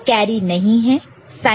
sign bit 1 है